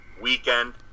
weekend